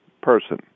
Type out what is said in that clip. person